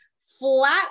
flat